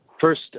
First